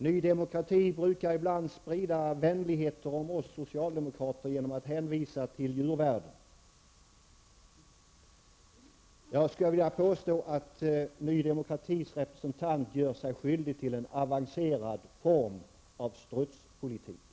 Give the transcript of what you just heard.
Ny Demokrati brukar ibland sprida vänligheter om oss socialdemokrater genom att hänvisa till djurvärlden. Jag skulle vilja påstå att Ny Demokratis representant gör sig skyldig till en avancerad form av strutspolitik.